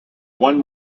one